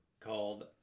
called